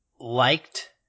liked